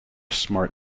smart